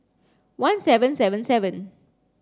one seven seven seven